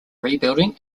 rebuilding